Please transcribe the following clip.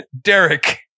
Derek